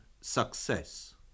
success